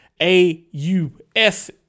A-U-S